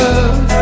Love